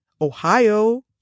Ohio